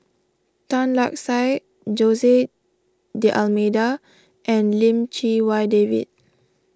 Tan Lark Sye Jose D'Almeida and Lim Chee Wai David